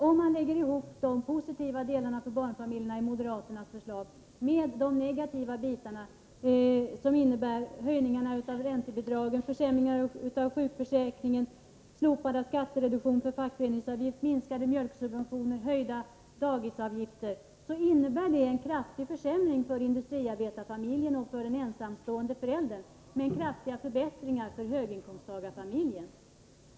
Om man lägger ihop de för barnfamiljerna positiva delarna i moderaternas förslag med de negativa bitarna — minskningarna av räntebidragen, försämringar av sjukförsäkringen, slopande av skattereduktionen för fackföreningsavgifter, minskade mjölksubventioner, höjda dagisavgifter osv. - innebär det en kraftig försämring för industriarbetarfamiljen och för ensamstående förälder men kraftiga förbättringar för höginkomsttagarfamiljen.